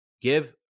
give